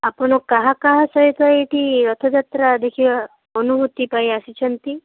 ଆପଣ କାହା କାହା ସହିତ ଏଇଠି ରଥଯାତ୍ରା ଦେଖିବା ଅନୁଭୂତି ପାଇଁ ଆସିଛନ୍ତି